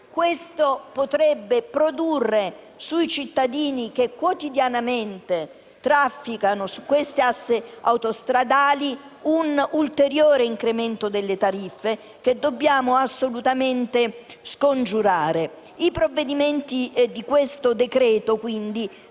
Questo potrebbe produrre sui cittadini che quotidianamente percorrono su questi assi autostradali un ulteriore incremento delle tariffe, che dobbiamo assolutamente scongiurare. Le misure contenute in questo decreto-legge, quindi,